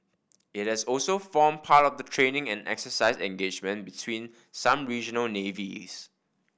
it has also formed part of the training and exercise engagements between some regional navies